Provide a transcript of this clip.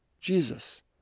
Jesus